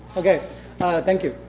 okay thank you.